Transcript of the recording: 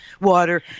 water